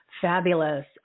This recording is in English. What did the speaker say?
fabulous